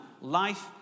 life